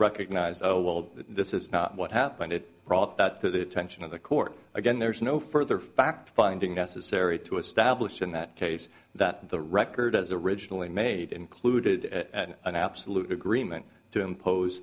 recognized oh well this is not what happened it brought that to the tension of the court again there's no further fact finding necessary to establish in that case that the record as originally made included an absolute agreement to impose